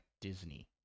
Disney